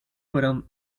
fueron